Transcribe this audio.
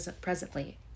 presently